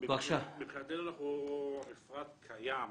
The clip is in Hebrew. מבחינתנו המפרט קיים.